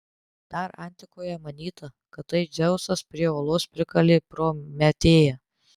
dar antikoje manyta kad tai čia dzeusas prie uolos prikalė prometėją